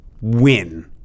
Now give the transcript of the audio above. win